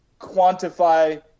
quantify